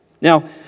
Now